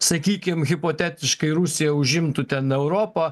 sakykim hipotetiškai rusija užimtų ten europą